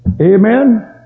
amen